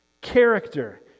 character